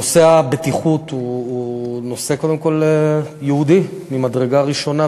נושא הבטיחות הוא קודם כול נושא יהודי ממדרגה ראשונה,